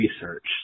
research